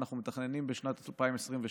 אנחנו מתכננים בשנת 2022,